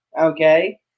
okay